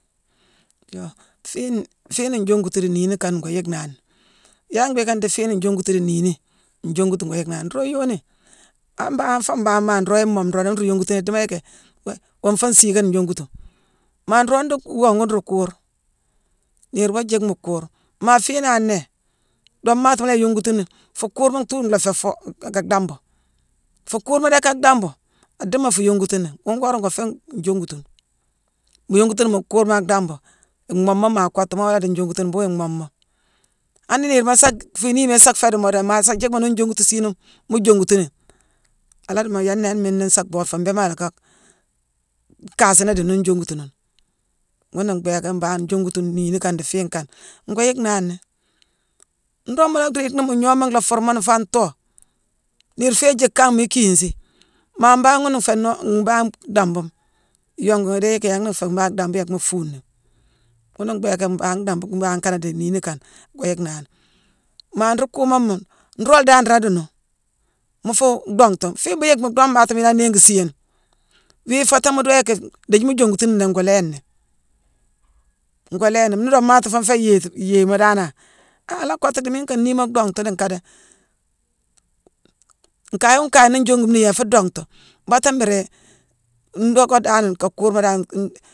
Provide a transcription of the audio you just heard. Yoo fiine fiine njongutunu dii niini kane ngoo yick nani. Yalla mbhiiké ndii fiine nyongutunu dii niini njongutu ngoo yick nani? Nroog yooni an mbangh foo mbangh maagh nroog imoome roog ni nii nruu yongutuni idiimo yicki-he-wonfoone siigane njongutu. Maa nroog nruu wongu nruu kuur niir woo jiick mu kuur. Maa fii nangh nnéé, doomaatima la yongutuni, fuu kuurma tuu nlhaa féé foo ak dambu. Fuu kuurma déck ak dambu, adiimo fuu yongutuni. Ghune gora ngoo féé njongutunu. Mu yongutuni, mu kuurma ak dambu, imhooma maa kottu. Moo la dii njongutuni, mbhuughune imhoomo. Ani niirma sa fii iniima sa féé dii moodo, maa asa jickmo nune njongutu siinune, mu jongutuni, ala diimo yééne nnéé han miine nii nsaa bhoode foo, mbéémangh alacka kaséné dii nune njongutu nune. Ghuna mbhééké mbangh njongutune n iini kane dii mbangh dii fiine kane ngoo yick nani. Nroog mu la riig ni mu gnooma nlhaa fuurmoni foo an too, niir féé jick kangh mii ikiisi. Maa mbangh ghuna nféé-noo-mbangh dambuma. Iyongu ghi idii yicki yangh na nféé mbangh bambu yéckma fuuni. Ghuna mbhééké mbangh damma mbangh kane dii niini kane, goo yick nani. Maa nruu kuumama nroog la dan nraa duunu mu fuu dongtu. Fiine mu yick mu dongmaatima yaa niingisi yuune, wiifo téé muu doo yicki ndiithi mu jongutini nnéé ngoo lééni, ngoo lééni. Nii doodemaati fuune féé yééti- yééma danane, a ala kottu dii miine nkaa niima dongtu dii nkaada. Nkayo nkaye nii njongume ni yéé afu dongtu, baata mbiiri ndocka danane nkaa kuurma dan-n.